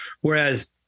whereas